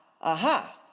aha